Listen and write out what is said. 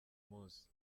munsi